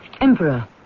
Emperor